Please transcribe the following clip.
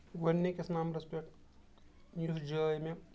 گۄڈٕنِکِس نمبرَس پٮ۪ٹھ یُس جاے مےٚ